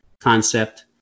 concept